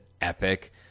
epic